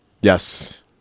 yes